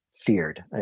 feared